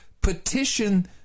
petition